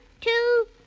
two